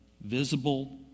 Visible